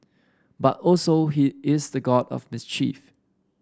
but also he is the god of mischief